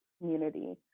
community